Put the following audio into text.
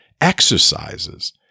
exercises